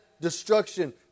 destruction